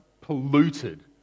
polluted